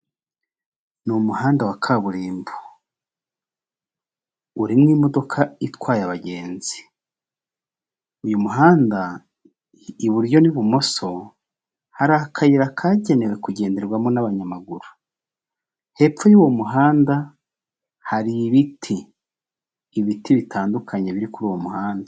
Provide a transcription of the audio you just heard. Ni muhanda wa kaburimbo urimo imodoka itwaye abagenzi, uyu muhanda iburyo n'ibumoso hari akayira kagenewe kugenderwamo n'abanyamaguru, hepfo y'uwo muhanda hari ibiti, ibiti bitandukanye biri kuri uwo muhanda.